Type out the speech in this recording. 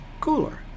cooler